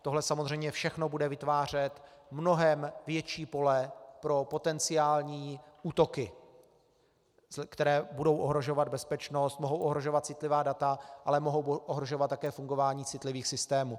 Tohle samozřejmě všechno bude vytvářet mnohem větší pole pro potenciální útoky, které budou ohrožovat bezpečnost, mohou ohrožovat citlivá data, ale mohou ohrožovat také fungování citlivých systémů.